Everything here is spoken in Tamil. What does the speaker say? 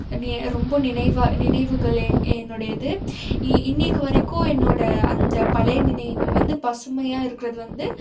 நி ரொம்ப நினைவா நினைவுகள் எ என்னுடையது இ இன்றைக்கு வரைக்கும் என்னோடய அந்தப் பழைய நினைவுகள் வந்து பசுமையாக இருக்கிறது வந்து